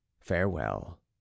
Farewell